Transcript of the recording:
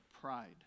pride